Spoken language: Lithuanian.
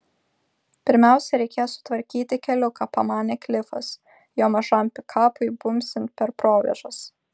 pirmiausia reikės sutvarkyti keliuką pamanė klifas jo mažam pikapui bumbsint per provėžas